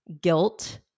guilt